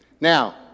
Now